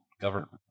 government